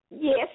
Yes